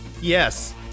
Yes